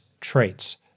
traits